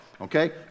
Okay